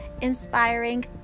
inspiring